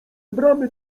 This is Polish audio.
bramy